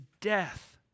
death